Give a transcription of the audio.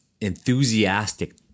enthusiastic